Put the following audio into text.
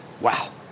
wow